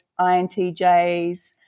INTJs